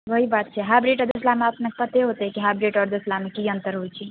वही बात छै हाइब्रिड आ देशलामे अपने पते होतै कि हाइब्रिड आ देशलामे की अन्तर होइ छै